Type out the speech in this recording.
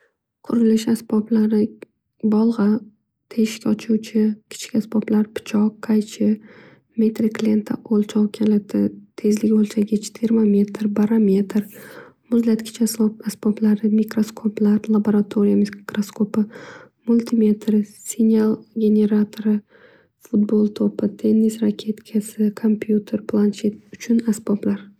Qurulish asboblari, bolg'a teshik ochuvchi. Kichik asboblar, pichoq, qaychi, metriklienta o'lchov kaliti, tezlik o'lchagich, termometr, barametr, muzlatgich asboblari, mikroskoplar, labaratoriya mikroskopi, multimetr, sinial generatori, futbol to'pi, tennis raketasi, komputer, planshet uchun asboblar.